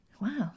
wow